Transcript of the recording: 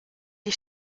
die